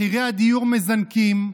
מחירי הדיור מזנקים,